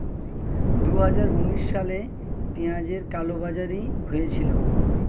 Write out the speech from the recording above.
দুহাজার উনিশ সালে পেঁয়াজের কালোবাজারি হয়েছিল